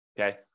okay